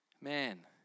Man